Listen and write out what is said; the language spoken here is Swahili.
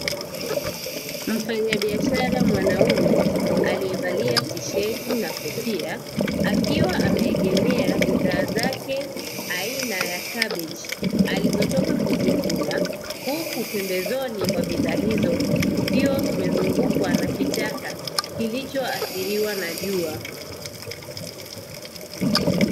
Mfanyabiashara mwanaume aliyevalia tisheti na kofia akiwa ameegemea bidhaa zake aina ya kabeji, alizotoka kuzivuna huku pembezoni mwa bidhaa hizo kukiwa kimezungukwa na kichaka kilichoathiriwa na jua.